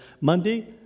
Monday